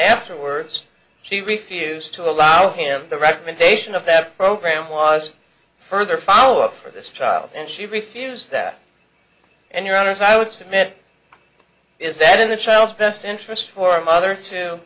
afterwards she refused to allow him the recommendation of that program was further follow up for this child and she refused that and your honors i would submit is that in a child's best interest for a mother to